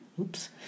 oops